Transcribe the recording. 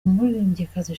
umuririmbyikazi